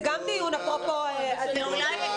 זה גם דיון, אפרופו הדיון הזה.